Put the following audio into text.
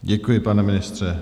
Děkuji, pane ministře.